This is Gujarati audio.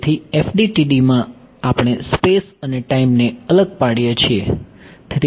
તેથી FDTD માં આપણે સ્પેસ અને ટાઈમ ને અલગ પાડીએ છીએ